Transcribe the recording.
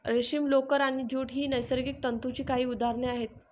रेशीम, लोकर आणि ज्यूट ही नैसर्गिक तंतूंची काही उदाहरणे आहेत